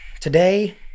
Today